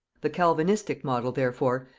the calvinistic model therefore,